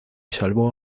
salvo